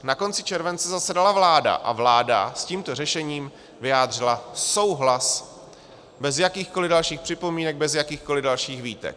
Na konci července zasedala vláda a vláda s tímto řešením vyjádřila souhlas bez jakýchkoliv dalších připomínek, bez jakýchkoliv dalších výtek.